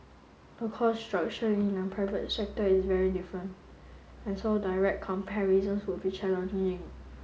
the cost structure in the private sector is very different and so direct comparisons would be challenging